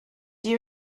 you